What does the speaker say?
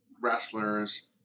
wrestlers